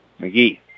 McGee